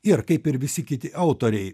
ir kaip ir visi kiti autoriai